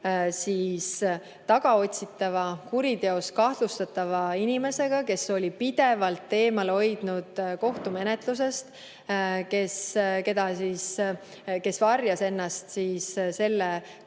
oli tagaotsitavaga, kuriteos kahtlustatava inimesega, kes oli pidevalt eemale hoidnud kohtumenetlusest, kes varjas ennast selle